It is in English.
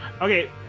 Okay